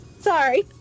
Sorry